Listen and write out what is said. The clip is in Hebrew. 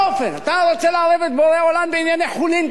אתה רוצה לערב את בורא עולם בענייני חולין כאלה?